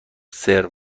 سرو